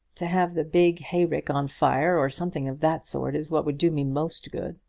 to have the big hay-rick on fire, or something of that sort, is what would do me most good.